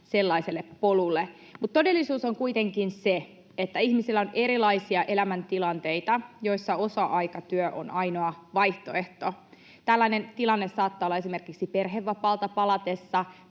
sellaiselle polulle. Mutta todellisuus on kuitenkin se, että ihmisillä on erilaisia elämäntilanteita, joissa osa-aikatyö on ainoa vaihtoehto. Tällainen tilanne saattaa olla esimerkiksi perhevapaalta palatessa